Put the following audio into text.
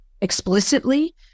explicitly